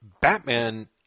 Batman